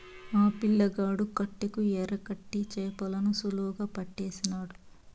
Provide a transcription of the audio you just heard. ఆ పిల్లగాడు కట్టెకు ఎరకట్టి చేపలను సులువుగా పట్టేసినాడు